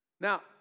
Now